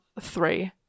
three